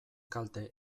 kalte